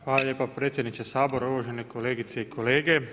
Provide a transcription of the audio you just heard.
Hvala lijepo predsjedniče Sabora, uvažene kolegice i kolege.